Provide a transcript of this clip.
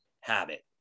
habit